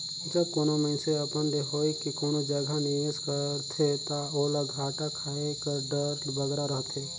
जब कानो मइनसे अपन ले होए के कोनो जगहा निवेस करथे ता ओला घाटा खाए कर डर बगरा रहथे